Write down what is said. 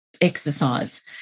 exercise